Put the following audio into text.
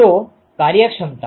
તો કાર્યક્ષમતા